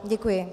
Děkuji.